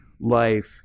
life